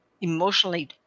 Emotionally